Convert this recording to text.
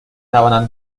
تونم